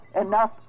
enough